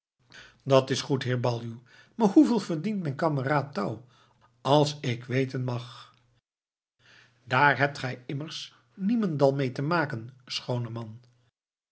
dat is goed heer baljuw maar hoeveel verdient mijn kameraad touw als ik weten mag daar hebt gij immers niemendal mee te maken schooneman